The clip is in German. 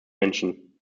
menschen